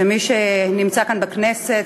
ומי שנמצא כאן בכנסת,